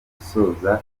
gusoza